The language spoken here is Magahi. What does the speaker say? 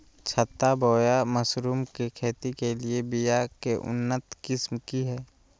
छत्ता बोया मशरूम के खेती के लिए बिया के उन्नत किस्म की हैं?